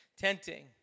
tenting